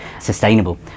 sustainable